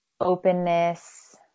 openness